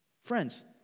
Friends